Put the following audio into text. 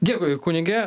dėkui kunige